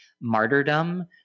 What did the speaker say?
martyrdom